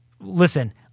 listen